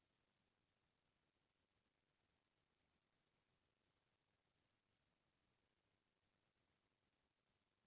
एक घइत डिफाल्टर होए के बाद मनसे ह कोनो कोती के बेंक ले करजा नइ ले सकय